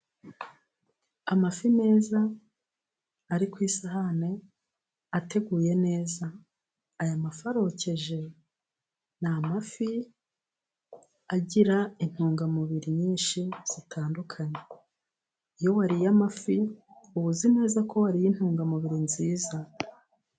Amafi meza ari ku isahani, ateguye neza, aya mafi arokeje, ni amafi agira intungamubiri nyinshi zitandukanye, iyo wariye amafi uba uzi neza ko wariye intungamubiri nziza.